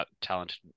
talented